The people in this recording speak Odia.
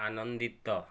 ଆନନ୍ଦିତ